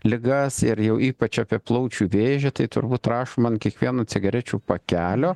ligas ir jau ypač apie plaučių vėžį tai turbūt rašoma ant kiekvieno cigarečių pakelio